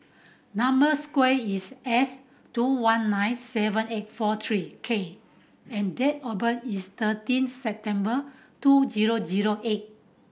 number square is S two one nine seven eight four three K and date of birth is thirteen September two zero zero eight